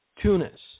Tunis